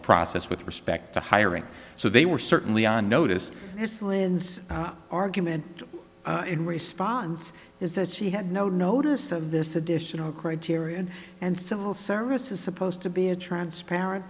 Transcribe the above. process with respect to hiring so they were certainly on notice this lens argument in response is that she had no notice of this additional criterion and civil service is supposed to be a transparent